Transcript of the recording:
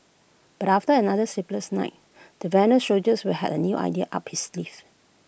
but after another sleepless night the veteran soldiers were had A new idea up his sleeve